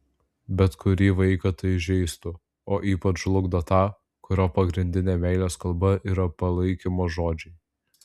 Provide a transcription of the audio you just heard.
bet kurį vaiką tai žeistų o ypač žlugdo tą kurio pagrindinė meilės kalba yra palaikymo žodžiai